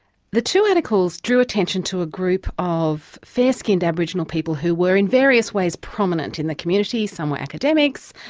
the two articles drew attention to a group of fair-skinned aboriginal people who were in various ways prominent in the community. some were academics,